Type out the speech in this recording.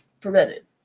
prevented